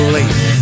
Late